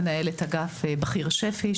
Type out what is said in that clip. מנהלת אגף בכיר שפ"י,